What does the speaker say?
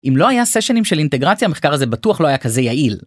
אם לא היה סשנים של אינטגרציה, מחקר הזה בטוח לא היה כזה יעיל.